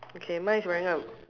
okay mine is wearing A